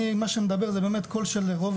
אני מה שמדבר זה באמת קול של רוב